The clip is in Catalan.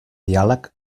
diàleg